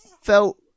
felt